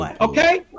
Okay